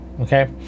Okay